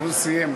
הוא סיים.